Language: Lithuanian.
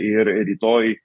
ir rytoj